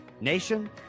Nation